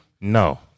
No